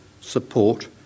support